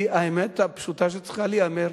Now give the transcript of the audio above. כי האמת הפשוטה שצריכה להיאמר,